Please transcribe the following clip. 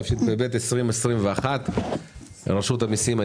התשפ"ב 2021. רשות המיסים,